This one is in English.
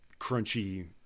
crunchy